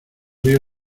río